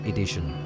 Edition） 。